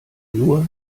nur